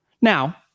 Now